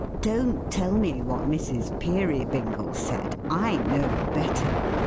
don't tell me what mrs. peerybingle said. i know better.